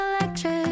electric